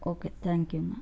okay தேங்க்யூங்க